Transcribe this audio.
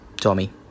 Tommy